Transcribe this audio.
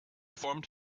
deformed